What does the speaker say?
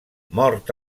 mort